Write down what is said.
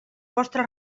vostres